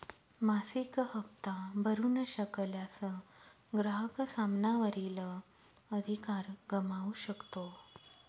मासिक हप्ता भरू न शकल्यास, ग्राहक सामाना वरील अधिकार गमावू शकतो